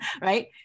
right